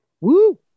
Woo